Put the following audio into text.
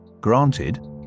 Granted